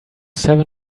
seven